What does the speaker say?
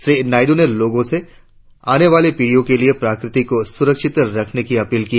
श्री नायडू ने लोगों से आने वाली पीढ़ी के लिए प्रकृति को संरक्षित रखने की अपील की